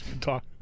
talk